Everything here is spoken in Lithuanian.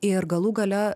ir galų gale